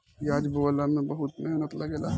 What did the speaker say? पियाज बोअला में बहुते मेहनत लागेला